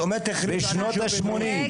בשנות ה-80',